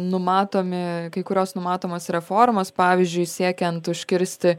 numatomi kai kurios numatomos reformos pavyzdžiui siekiant užkirsti